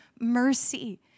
mercy